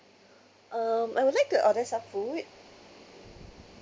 um I would like to order some food